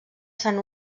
sant